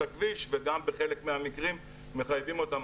הכביש וגם בחלק מהמקרים מחייבים אותם,